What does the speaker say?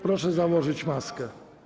Proszę założyć maskę.